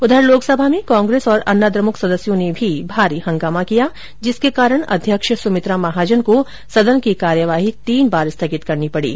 उधर लोकसभा में कांग्रेस और अन्नाद्रमुक सदस्यों ने भी भारी हंगामा किया जिसके कारण अध्यक्ष सुमित्रा महाजन को सदन की कार्यवाही तीन बार स्थगित करनी पड़ी